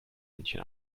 münchen